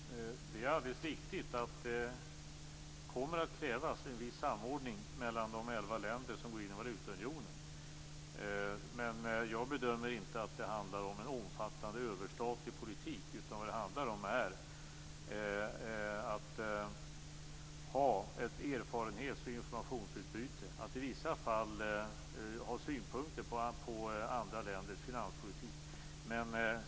Fru talman! Det är alldeles riktigt att det kommer att krävas en viss samordning mellan de elva länder som går in i valutaunionen. Men jag bedömer inte att det handlar om en omfattande överstatlig politik. Vad det handlar om är att ha ett erfarenhets och informationsutbyte och att i vissa fall ha synpunkter på andra länders finanspolitik.